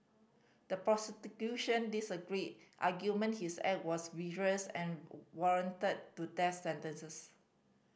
the disagreed argument his act was vicious and warranted to death sentences